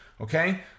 okay